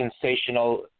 sensational